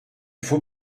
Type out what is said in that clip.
faut